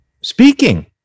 speaking